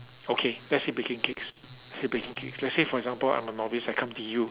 okay let's say baking cakes say baking cakes let's say for example I'm a novice I come toyou